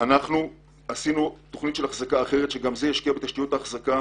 עשינו תוכנית אחרת של אחזקה שתפנה לתשתיות האחזקה